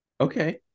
Okay